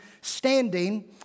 standing